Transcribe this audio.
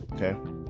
okay